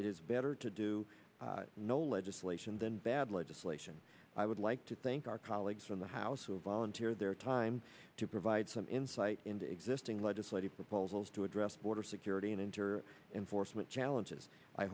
is better to do no legislation than bad legislation i would like to thank our colleagues in the house who volunteer their time to provide some insight into existing legislative proposals to address border security and interior enforcement challenges i